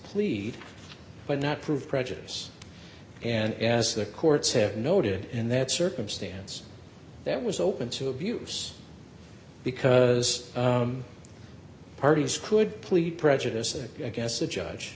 y but not proved prejudice and as the courts have noted in that circumstance that was open to abuse because parties could plead prejudice against a judge